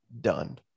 Done